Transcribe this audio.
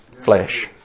flesh